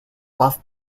buff